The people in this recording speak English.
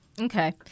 Okay